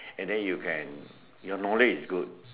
and then you can your knowledge is good